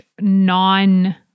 non